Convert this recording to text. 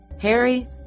Harry